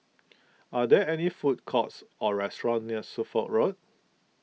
are there any food courts or restaurants near Suffolk Road